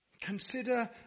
Consider